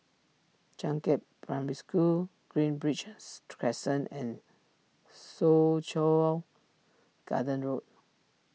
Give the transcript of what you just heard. Changkat Primary School green bridge's Crescent and Soo Chow Garden Road